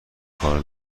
کار